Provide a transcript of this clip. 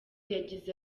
yagize